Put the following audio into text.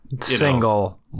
Single